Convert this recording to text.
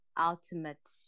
ultimate